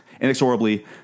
inexorably